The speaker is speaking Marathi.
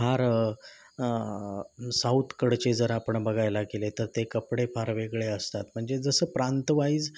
फार साऊथकडचे जर आपण बघायला गेले तर ते कपडे फार वेगळे असतात म्हणजे जसं प्रांतवाईज